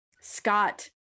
Scott